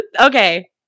okay